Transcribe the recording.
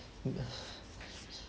mm